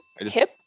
Hip